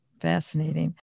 Fascinating